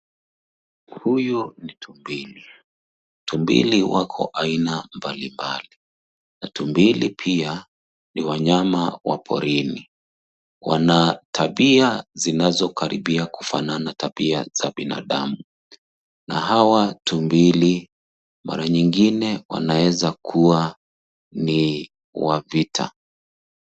Huyu ni tumbili. Tumbili wako aina mbalimbali. Tumbili pia ni wanyama wa porini. Wana tabia zinazo karibia kufaanana na tabia za wanadamu na hawa tumbli mara nyingine wanaweza kuwa ni wapita.